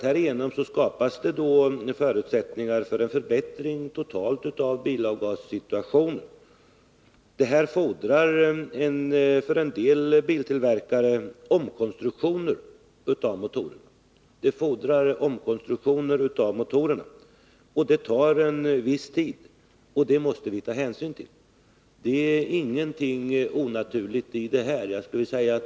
Härigenom skapas förutsättningar för en förbättring totalt sett av bilavgassituationen. Av en del biltillverkare fordras nu omkonstruktioner av motorerna, och sådana tar en viss tid. Det måste vi ta hänsyn till. Det är ingenting onaturligt i detta.